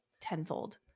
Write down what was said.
tenfold